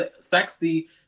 sexy